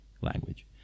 language